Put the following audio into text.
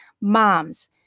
Moms